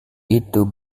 itu